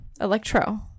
electro